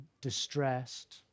distressed